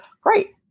Great